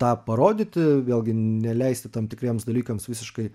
tą parodyti vėlgi neleisti tam tikriems dalykams visiškai